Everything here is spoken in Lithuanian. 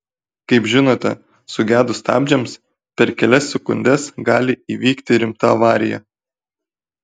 kaip žinote sugedus stabdžiams per kelias sekundes gali įvykti rimta avarija